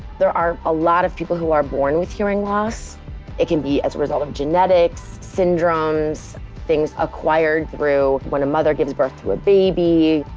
there are a lot of people who are born with hearing loss and it can be as a result of genetics, syndromes, things acquired through when a mother gives birth to a baby,